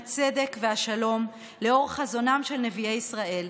הצדק והשלום לאור חזונם של נביאי ישראל,